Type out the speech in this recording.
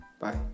bye